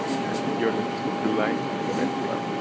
and you're listening to throughline from npr